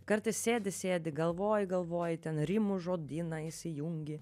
kartais sėdi sėdi galvoji galvoji ten rimų žodyną įsijungi